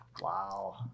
Wow